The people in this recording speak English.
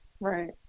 right